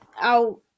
out